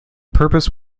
purpose